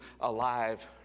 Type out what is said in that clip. alive